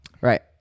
Right